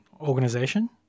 organization